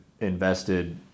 invested